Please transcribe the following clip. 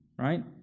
right